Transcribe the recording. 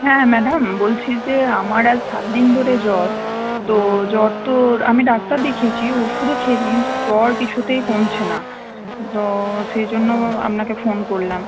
হ্যাঁ ম্যাডাম বলছি যে আমার আজ সাতদিন ধরে জ্বর তো জ্বর তো আমি ডাক্তার দেখিয়েছি ওষুধও খেয়েছি কিন্তু জ্বর কিছুতেই কমছে না তো সেই জন্য আপনাকে ফোন করলাম